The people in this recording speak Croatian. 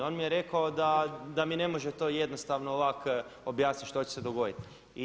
On mi je rekao da mi ne može to jednostavno ovako objasniti što će se dogoditi.